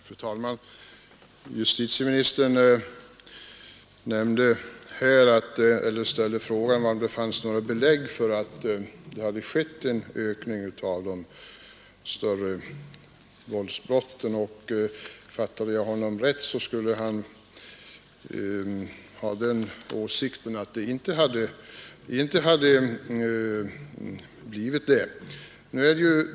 Fru talman! Justitieministern ställde frågan om det fanns några belägg för att det hade skett en ökning av de grövre våldsbrotten. Fattade jag honom rätt var hans åsikt att det inte var fallet.